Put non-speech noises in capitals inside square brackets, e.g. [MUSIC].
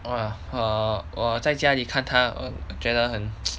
!wah! err 我在家里看她我觉得很 [NOISE]